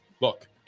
look